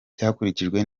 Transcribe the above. cyakurikiwe